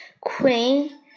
Queen